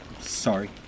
Sorry